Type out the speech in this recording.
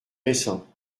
récent